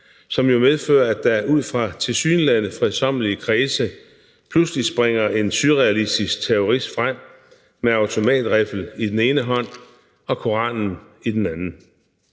som jo medfører, at der ud fra tilsyneladende fredsommelige kredse pludselig springer en surrealistisk terrorist frem med en automatriffel i den ene hånd og Koranen i den anden.